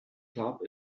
club